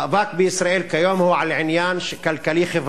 המאבק בישראל כיום הוא על עניין כלכלי-חברתי,